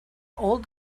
old